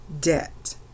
debt